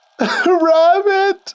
Rabbit